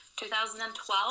2012